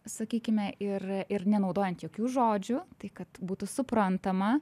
sakykime ir ir nenaudojant jokių žodžių tai kad būtų suprantama